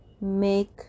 make